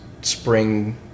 spring